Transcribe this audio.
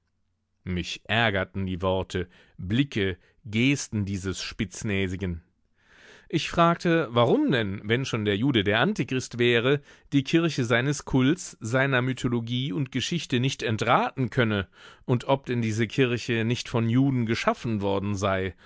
mich ärgerten die worte blicke gesten dieses spitznäsigen ich fragte warum denn wenn schon der jude der antichrist wäre die kirche seines kults seiner mythologie und geschichte nicht entraten könne und ob denn diese kirche nicht von juden geschaffen worden sei